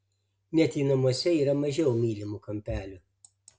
net jei namuose yra mažiau mylimų kampelių